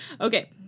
Okay